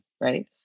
right